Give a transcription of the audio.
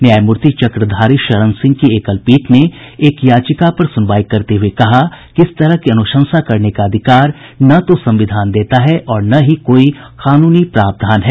न्यायमूर्ति चक्रधारी शरण सिंह की एकलपीठ ने एक याचिका पर सुनवाई करते हुए कहा कि इस तरह की अनुशंसा करने का अधिकार न तो संविधान देता है और न ही कोई कानूनी प्रावधान है